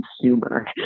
consumer